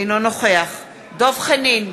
אינו נוכח דב חנין,